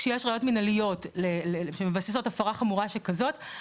כשיש ראיות מנהליות שמבססות הפרה חמורה שכזאת,